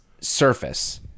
surface